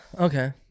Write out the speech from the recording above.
okay